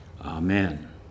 Amen